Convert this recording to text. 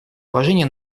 положение